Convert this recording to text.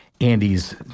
Andy's